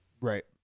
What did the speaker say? Right